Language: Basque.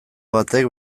batek